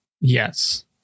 Yes